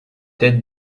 têtes